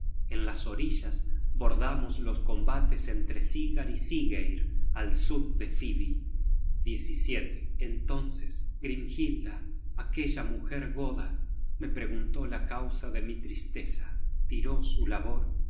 en las orillas bordamos los combates entre sigar y siggeir al sud de fivi entonces grimhilda aquella mujer goda me preguntó la causa de mi tristeza tiró su labor